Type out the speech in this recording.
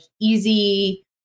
easy